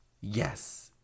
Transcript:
Yes